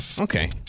Okay